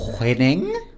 winning